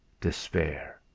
despair